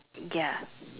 ya